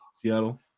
Seattle